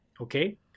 okay